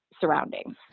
surroundings